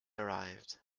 arrived